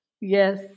Yes